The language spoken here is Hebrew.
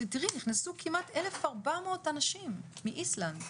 נכנסו כמעט 1,400 אנשים מאיסלנד.